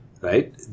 Right